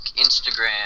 Instagram